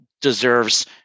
deserves